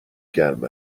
گرم